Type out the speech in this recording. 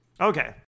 Okay